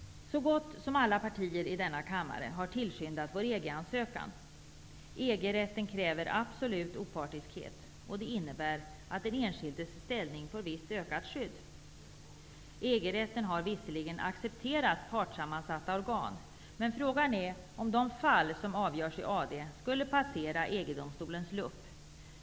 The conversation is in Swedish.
Så gott som alla partier i denna kammare har tillskyndat vår EG-ansökan. EG-rätten kräver absolut opartiskhet. Det innebär att den enskildes ställning får visst ökat skydd. EG-rätten har visserligen accepterat partsammansatta organ, men frågan är om de fall som avgörs i AD skulle passera EG-domstolens lupp.